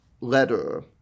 letter